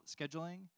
scheduling